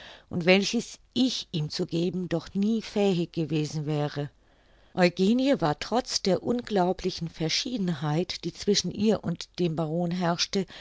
und welches ich ihm zu geben doch nie fähig gewesen wäre eugenie war trotz der unglaublichen verschiedenheit die zwischen ihr und dem baron herrschte